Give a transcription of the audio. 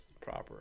proper